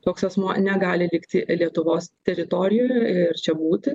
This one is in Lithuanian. toks asmuo negali likti lietuvos teritorijoje ir čia būti